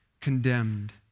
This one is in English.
condemned